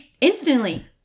instantly